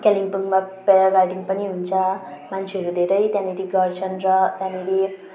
कालेम्पोङमा paragliding पनि हुन्छ मान्छेहरू धेरै त्यहाँनेरि गर्छन् र त्यहाँनेरि